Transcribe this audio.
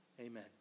Amen